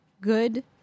good